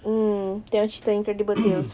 mm tengok cerita incredible tales